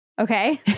Okay